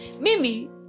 Mimi